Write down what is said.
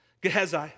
Gehazi